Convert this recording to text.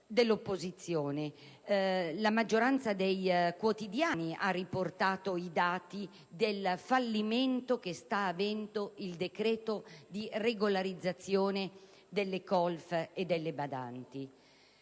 la maggioranza dei quotidiani ha riportato i dati del fallimento che sta facendo registrare il decreto di regolarizzazione delle colf e delle badanti.